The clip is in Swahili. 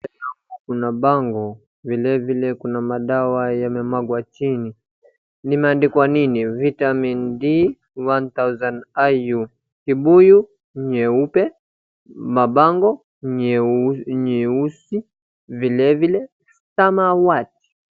Kuna bango, vilevile kuna madawa yaliyomwagwa chini, yameandikwa nini vitamin D 1000 IU , kibuyu nyeupe, mabango nyeusi vilevile samawati.